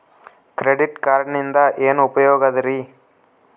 Credit ಕಾರ್ಡಿನಿಂದ ಏನು ಉಪಯೋಗದರಿ?